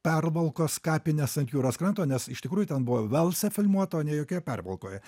pervalkos kapines ant jūros kranto nes iš tikrųjų ten buvo velse filmuota o ne jokioje pervalkoje